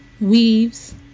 weaves